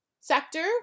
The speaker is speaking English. sector